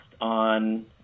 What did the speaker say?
on